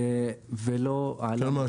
ולא היו --- כמה,